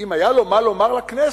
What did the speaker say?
אם היה לו מה לומר לכנסת.